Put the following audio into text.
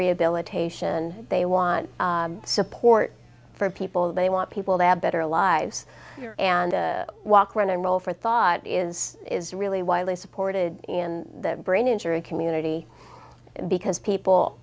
rehabilitation they want support for people they want people to have better lives and walk around and roll for thought is is really widely supported in the brain injury community because people